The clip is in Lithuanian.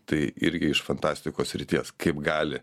tai irgi iš fantastikos srities kaip gali